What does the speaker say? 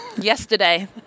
yesterday